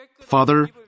Father